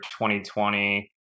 2020